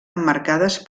emmarcades